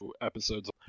episodes